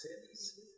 cities